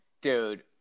dude